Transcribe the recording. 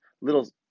little